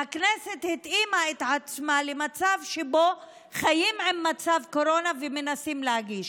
והכנסת התאימה את עצמה למצב שבו חיים עם מצב קורונה ומנסים להגיש.